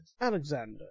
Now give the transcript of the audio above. Alexander